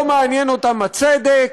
לא מעניין אותם הצדק,